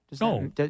No